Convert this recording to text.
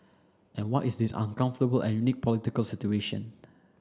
and what is this uncomfortable and unique political situation